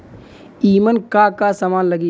ईमन का का समान लगी?